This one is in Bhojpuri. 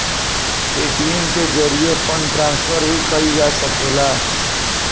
ए.टी.एम के जरिये फंड ट्रांसफर भी कईल जा सकेला